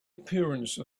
appearance